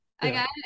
Again